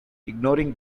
ignoring